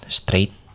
straight